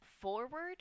forward